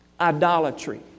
Idolatry